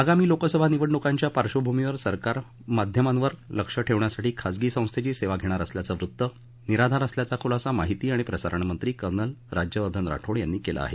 आगामी लोकसभा निवडणुकांच्या पार्वभूमीवर सरकार माध्यमांवर लक्ष ठेवण्यासाठी खाजगी संस्थेची सेवा घेणार असल्याचं वृत्त निराधार असल्याचा खुलासा माहिती आणि प्रसारण मंत्री कर्नल राज्यवर्धन राठोड यांनी केला आहे